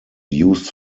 used